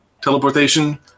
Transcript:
teleportation